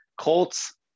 Colts